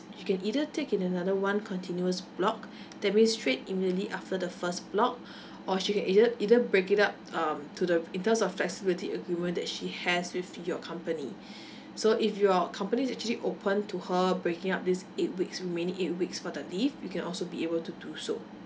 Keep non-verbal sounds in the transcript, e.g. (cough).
she can either take in another one continuous block that means straight immediately after the first block (breath) or she can either either break it up um to the in terms of flexibility agreement that she has with your company (breath) so if your company is actually open to her breaking up these eight weeks remaining eight weeks for the leave you can also be able to do so